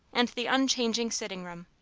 and the unchanging sitting-room.